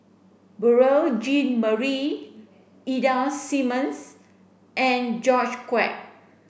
Beurel Jean Marie Ida Simmons and George Quek